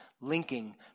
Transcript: linking